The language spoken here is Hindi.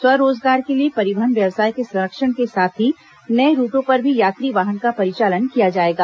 स्व रोजगार के लिए परिवहन व्यवसाय के संरक्षण के साथ ही नए रूटों पर भी यात्री वाहन का परिचालन किया जाएगा